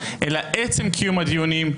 אלא עצם קיום הדיונים,